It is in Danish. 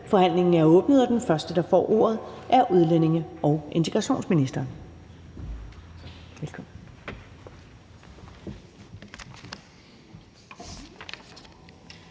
Forhandlingen er åbnet. Først byder jeg velkommen til udlændinge- og integrationsministeren.